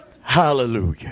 Hallelujah